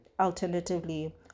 alternatively